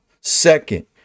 Second